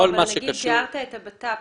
התייחסת למשרד לביטחון פנים.